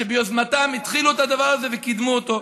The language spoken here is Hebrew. שביוזמתם התחילו את הדבר הזה וקידמו אותו,